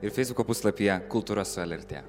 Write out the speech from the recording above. ir feisbuko puslapyje kultūra su lrt